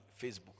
facebook